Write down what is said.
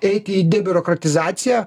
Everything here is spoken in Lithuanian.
eiti į debiurokratizaciją